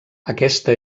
aquesta